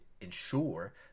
ensure